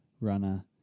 runner